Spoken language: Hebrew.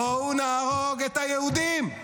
של בואו נהרוג את היהודים.